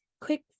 Quick